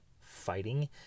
fighting